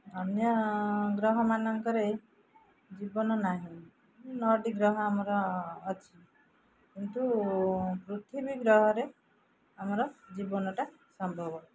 ଅନ୍ୟ ଗ୍ରହମାନଙ୍କରେ ଜୀବନ ନାହିଁ ନଅଟି ଗ୍ରହ ଆମର ଅଛି କିନ୍ତୁ ପୃଥିବୀ ଗ୍ରହରେ ଆମର ଜୀବନଟା ସମ୍ଭବ